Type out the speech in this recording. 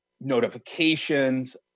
notifications